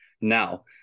now